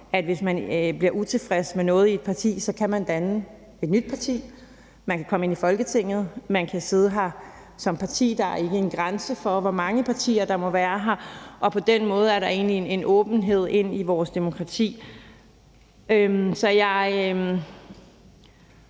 at hvis man er utilfreds med noget i et parti, kan man danne et nyt parti, man kan komme ind i Folketinget, man kan sidde her som parti, og der er ikke nogen grænser for, hvor mange partier der må være her, og på den måde er der egentlig en åbenhed ind i vores demokrati. Jeg